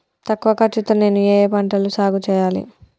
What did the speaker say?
తక్కువ ఖర్చు తో నేను ఏ ఏ పంటలు సాగుచేయాలి?